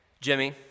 Jimmy